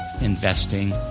investing